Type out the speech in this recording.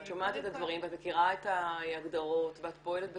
את שומעת את הדברים ואת מכירה את ההגדרות ואת פועלת בתוכן.